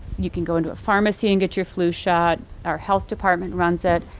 you can go into a pharmacy and get your flu shot, our health department runs it,